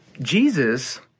Jesus